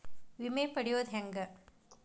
ವಿಮೆ ಪಡಿಯೋದ ಹೆಂಗ್?